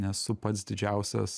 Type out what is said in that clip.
nesu pats didžiausias